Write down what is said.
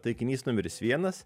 taikinys numeris vienas